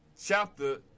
chapter